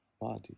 body